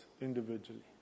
individually